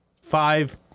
five